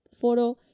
photo